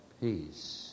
peace